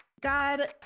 God